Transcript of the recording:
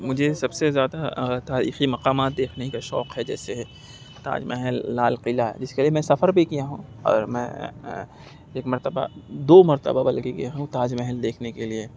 مجھے سب سے زیادہ آ تاریخی مقامات دیکھنے کا شوق ہے جیسے تاج محل لال قلعہ جس کے لیے میں سفر بھی کیا ہوں اور میں ایک مرتبہ دو مرتبہ بلکہ گیا ہوں تاج محل دیکھنے کے لیے